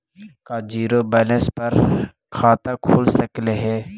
का zero balance पर खाता खुल सकले हे?